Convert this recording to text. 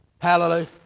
Hallelujah